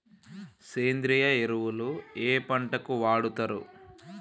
సేంద్రీయ ఎరువులు ఏ పంట కి వాడుతరు?